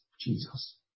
Jesus